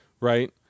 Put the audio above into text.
Right